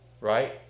right